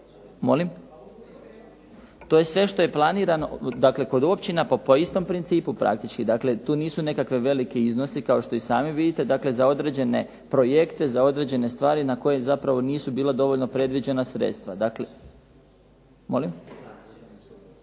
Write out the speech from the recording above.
To je sve što je planirano, dakle kod općina po istom principu praktički. Dakle, tu nisu nekakvi veliki iznosi kao što sami vidite. Dakle za određene projekte, za određene stvari na koje zapravo nisu bile dovoljno predviđena sredstva.